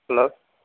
hello